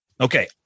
Okay